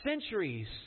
centuries